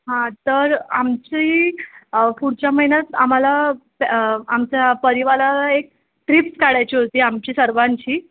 हां तर आमची पुढच्या महिन्यात आम्हाला आमच्या परिवाराला एक ट्रिप काढायची होती आमची सर्वांची